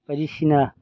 बायदिसिना